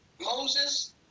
Moses